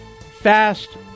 fast